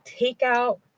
takeout